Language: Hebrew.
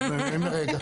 אנחנו נהנים מהרגע.